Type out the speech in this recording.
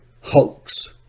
hoax